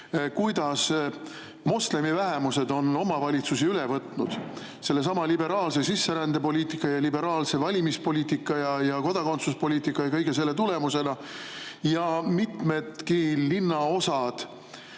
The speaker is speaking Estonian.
kuidas moslemi vähemused on omavalitsusi üle võtnud sellesama liberaalse sisserändepoliitika, valimispoliitika, kodakondsuspoliitika ja kõige selle tulemusena. Mitmed linnaosad